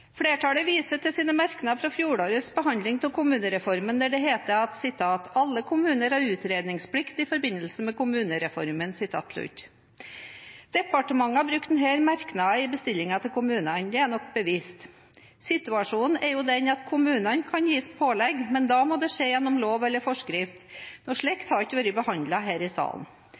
Flertallet viser til sine merknader fra fjorårets behandling av kommunereformen, hvor det heter at alle kommuner har utredningsplikt i forbindelse med kommunereformen. Departementet har brukt denne merknaden i bestillingen til kommunene. Det er nok bevisst. Situasjonen er jo den at kommunene kan gis pålegg, men da må det skje gjennom lov eller forskrift.